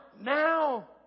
now